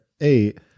eight